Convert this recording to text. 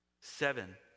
Seven